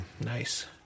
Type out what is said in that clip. Nice